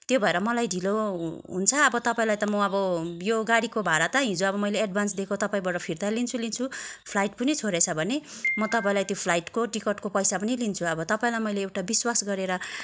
त्यो भएर मलाई ढिलो हु हुन्छ अब तपाईँलाई त म अब यो गाडीको भाडा त हिजो अब मैले अब एडभान्स दिएको तपाईँबाट फिर्ता लिन्छु लिन्छु फ्लाइट पनि छोडेछ भने म तपाईँलाई त्यो फ्लाइटको टिकटको पैसा पनि लिन्छु अब तपाईँलाई मैले एउटा विश्वास गरेर